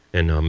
and um